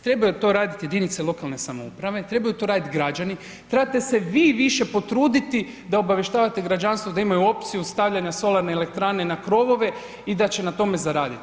Trebaju to radit jedinice lokalne samouprave, trebaju to radit građani, trebate se vi više potruditi da obavještavate građanstvo da imaju opciju stavljanja solarne elektrane na krovove i da će na tome zaraditi.